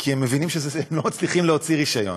כי הם מבינים, הם לא מצליחים להוציא רישיון.